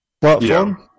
platform